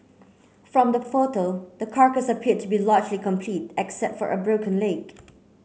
from the photo the carcass appear to be largely complete except for a broken leg